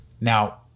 Now